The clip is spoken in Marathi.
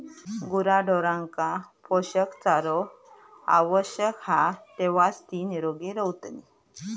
गुराढोरांका पोषक चारो आवश्यक हा तेव्हाच ती निरोगी रवतली